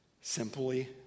Simply